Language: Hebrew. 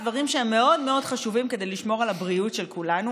דברים שהם מאוד מאוד חשובים כדי לשמור על הבריאות של כולנו,